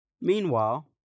Meanwhile